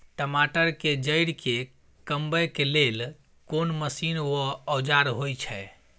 टमाटर के जईर के कमबै के लेल कोन मसीन व औजार होय छै?